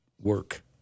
work